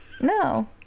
no